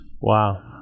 wow